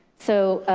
so,